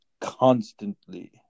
constantly